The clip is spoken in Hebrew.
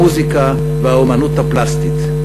המוזיקה והאמנות הפלסטית.